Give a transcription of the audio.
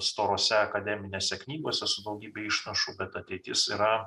storose akademinėse knygose su daugybe išnašų bet ateitis yra